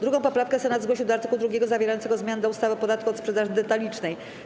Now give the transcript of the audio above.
2. poprawkę Senat zgłosił do art. 2 zawierającego zmiany do ustawy o podatku od sprzedaży detalicznej.